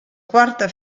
quarta